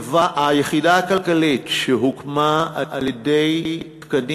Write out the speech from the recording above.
היחידה הכלכלית שהוקמה על-ידי תקנים